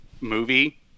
movie